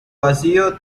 vacío